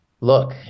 look